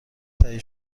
تهیه